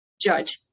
Judge